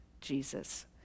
Jesus